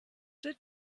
wird